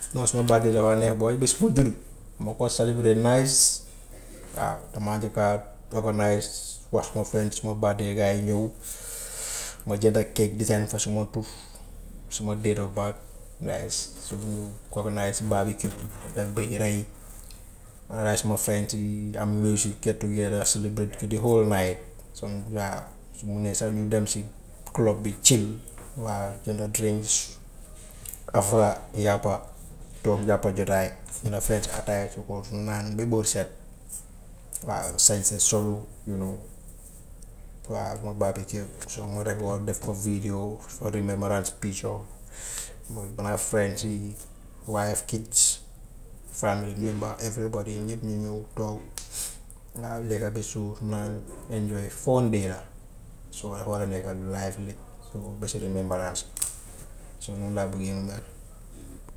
Man suma birthday dafa neex boy bis bu ma juddu ma ko celebrate nice waaw damaa njëkk a organize wax suma friends suma bad yi gaa yi ñëw, ma jënda cake design fa sama tur, suma date of birth nice. So bu ñu organize birthday honoraay suma friends yi am luñ si get together celebrate. Some waaw su mënee sax ñu dem si waaw jënd drinks, after yàppa toog jàpp jotaay, ñu na feetu ci ataaya ñu naan ba bët set. Waaw sañse solu you know, waaw ma birthday su ma decor def ko vidéo pictures. Man friends yi, wife, kids, family bi ma every body ñëpp ñu ñëw toog waaw lekka ba suur naan enjoy for suba dafa war a nekk life bi, so bésu remember so noonu laa buggee mu mel.